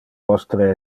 vostre